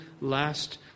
last